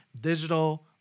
digital